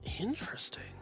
Interesting